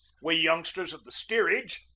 we youngsters of the steerage,